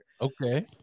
Okay